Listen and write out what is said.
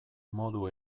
modu